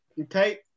Okay